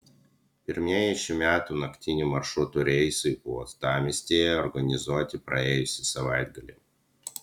pirmieji šių metų naktinio maršruto reisai uostamiestyje organizuoti praėjusį savaitgalį